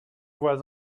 vois